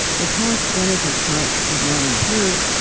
the cost-benefit charts did not improve,